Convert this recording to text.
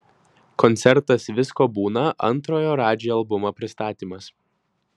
koncertas visko būna antrojo radži albumo pristatymas